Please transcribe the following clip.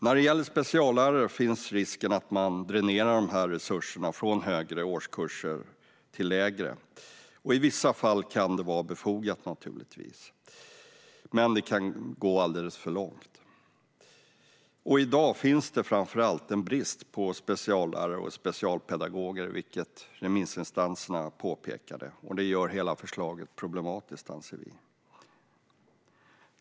När det gäller speciallärare finns risken att man dränerar dessa resurser från högre årskurser till lägre. I vissa fall kan det naturligtvis vara befogat, men det kan gå alldeles för långt. Det finns i dag en brist på speciallärare och specialpedagoger, vilket också remissinstanserna påpekade. Det gör hela förslaget problematiskt, anser vi.